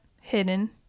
hidden